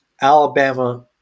Alabama